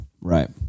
Right